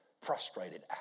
frustrated